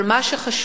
אבל מה שחשוב,